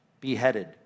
beheaded